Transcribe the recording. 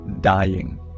dying